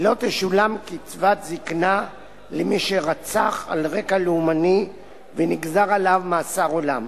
לא תשולם קצבת זיקנה למי שרצח על רקע לאומני ונגזר עליו מאסר עולם.